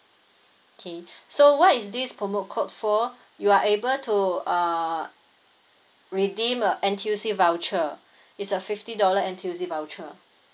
okay so what is this promote code for you are able to uh redeem a N_T_U_C voucher it's a fifty dollar N_T_U_C voucher